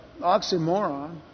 oxymoron